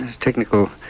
technical